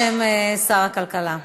בשם שר הכלכלה.